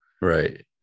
Right